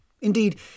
Indeed